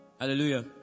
hallelujah